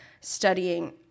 studying